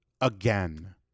again